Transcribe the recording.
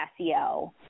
SEO